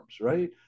right